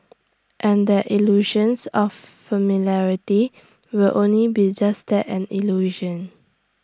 and that illusions of familiarity will only be just that an illusion